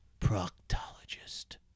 Proctologist